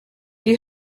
you